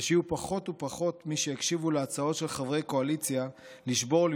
ושיהיו פחות ופחות מי שיקשיבו להצעות של חברי קואליציה לשבור,